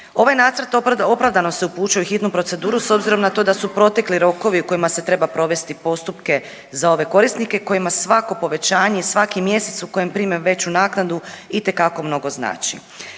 Ovaj nacrt opravdano se upućuje u hitnu proceduru s obzirom na to da su protekli rokovi u kojima se treba provesti postupke za ove korisnike kojima svako povećanje i svaki mjesec u kojem prime veću naknadu itekako mnogo znači.